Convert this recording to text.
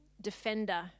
defender